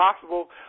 possible